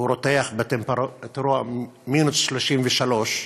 והוא רותח בטמפרטורה מינוס 33,